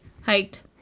hiked